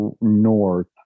north